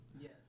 Yes